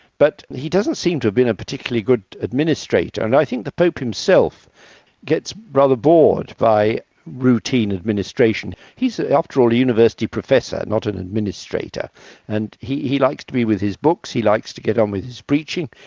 but he doesn't seem to have been a particularly good administrator and i think the pope himself gets rather bored by routine administration. he's after all a university professor not an administrator and he he likes to be with his books. he likes to get on with his preaching.